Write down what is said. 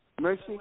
Mercy